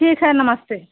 ठीक है नमस्ते